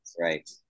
Right